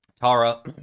Tara